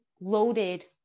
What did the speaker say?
loaded